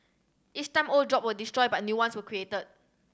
each time old job were destroyed but new ones will created